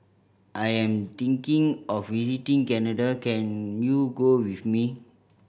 I am thinking of visiting Canada can you go with me